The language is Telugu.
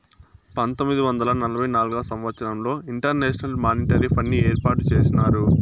పంతొమ్మిది వందల నలభై నాల్గవ సంవచ్చరంలో ఇంటర్నేషనల్ మానిటరీ ఫండ్ని ఏర్పాటు చేసినారు